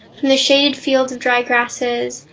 from the shade fields of dry grasses,